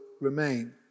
remain